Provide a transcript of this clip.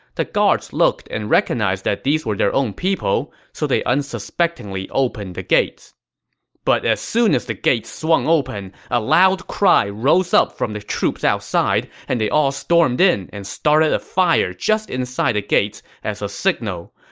the guards looked and recognized that these were their own people, so they unsuspectingly opened the gates but as soon as the gates swung open, a loud cry rose up from the troops outside, and they all stormed in and started a fire just inside the gates as a signal.